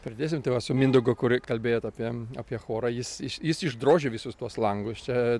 pridėsim tai va su mindaugu kur kalbėjot apie apie chorą jis jis išdrožė visus tuos langus čia